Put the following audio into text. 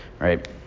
Right